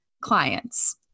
clients